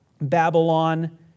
Babylon